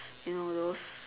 you know those